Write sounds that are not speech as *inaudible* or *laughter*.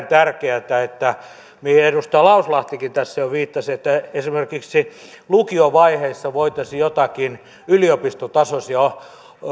*unintelligible* tärkeätä mihin edustaja lauslahtikin tässä jo viittasi että esimerkiksi lukiovaiheessa voitaisiin joitakin yliopistotasoisia